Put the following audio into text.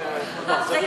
אדרבה, כיסאות ריקות.